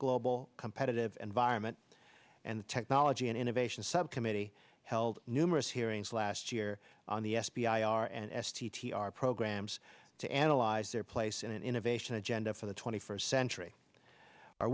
global competitive and vironment and the technology and innovation subcommittee held numerous hearings last year on the f b i r and s t t r programs to analyze their place in an innovation agenda for the twenty first century o